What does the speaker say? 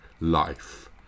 Life